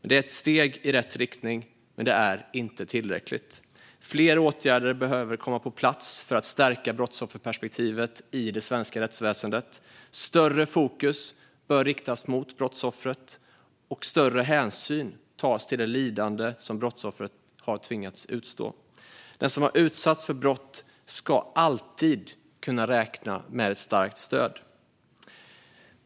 Det är ett steg i rätt riktning, men det är inte tillräckligt. Fler åtgärder behöver komma på plats för att stärka brottsofferperspektivet i det svenska rättsväsendet. Större fokus bör riktas mot brottsoffret och större hänsyn tas till det lidande som brottsoffret har tvingats utstå. Den som har utsatts för brott ska alltid kunna räkna med ett starkt stöd.